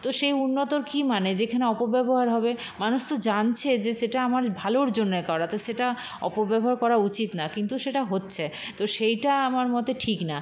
তো সেই উন্নতর কী মানে যেখানে অপব্যবহার হবে মানুষ তো জানছে যে সেটা আমার ভালোর জন্যে করা তো সেটা অপব্যবহার করা উচিত না কিন্তু সেটা হচ্ছে তো সেইটা আমার মতে ঠিক না